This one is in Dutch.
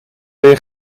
weer